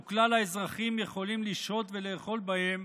וכלל האזרחים יכולים לשהות ולאכול בהם